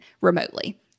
remotely